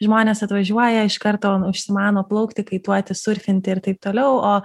žmonės atvažiuoja iš karto užsimano plaukti kaituoti surfinti ir taip toliau o